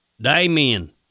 Damien